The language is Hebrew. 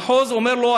המחוז אומר לו,